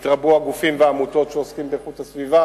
התרבו הגופים והעמותות שעוסקים באיכות הסביבה